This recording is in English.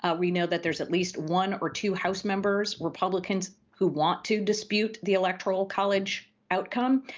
ah we know that there is at least one or two house members, republicans, who want to dispute the electoral college outcome.